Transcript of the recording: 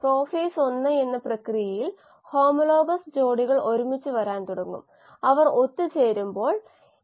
cellulose lignocellulosic വസ്തുക്കൾ എല്ലാ സസ്യങ്ങളിലും ധാരാളമായി കാണപ്പെടുന്നു മരം ഗ്ലൂക്കോസിന്റെ ഇതര ഉറവിടങ്ങളാണ്